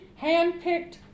handpicked